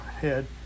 head